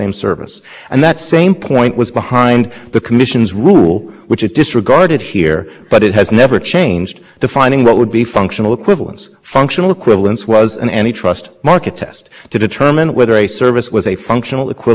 equivalence functional equivalence was in any trial market test to determine whether a service was a functional equivalent of another the commissions rule says you look at whether a price increase in one service would shift demand to the other it too was looking at the question are these